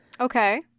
Okay